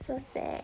so sad